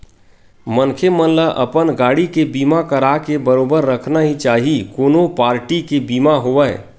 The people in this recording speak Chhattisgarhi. मनखे मन ल अपन गाड़ी के बीमा कराके बरोबर रखना ही चाही कोनो पारटी के बीमा होवय